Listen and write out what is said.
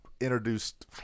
introduced